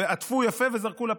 עטפו יפה וזרקו לפח.